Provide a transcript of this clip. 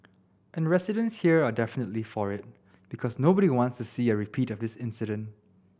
and residents here are definitely for it because nobody wants to see a repeat of this incident